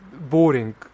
boring